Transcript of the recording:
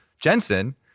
Jensen